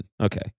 okay